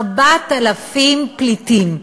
4,000 פליטים,